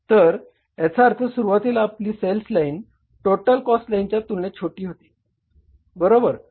तर याचा अर्थ सुरुवातीला आपली सेल्स लाईन टोटल कॉस्ट लाईनच्या तुलनेत छोटी होती बरोबर